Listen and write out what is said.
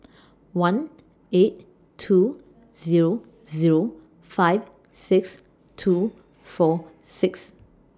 one eight two Zero Zero five six two four six